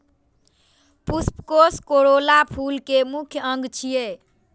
पुष्पकोष कोरोला फूल के मुख्य अंग छियै